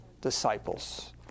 disciples